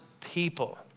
people